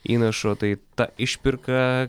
įnašo tai ta išpirka